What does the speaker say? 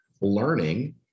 learning